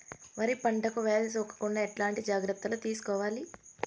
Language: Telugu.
వరి పంటకు వ్యాధి సోకకుండా ఎట్లాంటి జాగ్రత్తలు తీసుకోవాలి?